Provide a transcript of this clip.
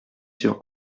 sur